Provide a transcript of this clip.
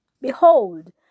Behold